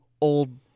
old